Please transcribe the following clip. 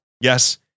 Yes